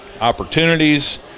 opportunities